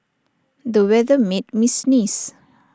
the weather made me sneeze